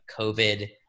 COVID